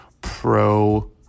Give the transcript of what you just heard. pro